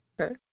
okay